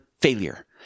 failure